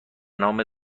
نام